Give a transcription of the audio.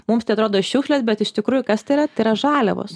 mums tai atrodo šiukšlės bet iš tikrųjų kas tai yra tai yra žaliavos